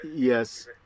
Yes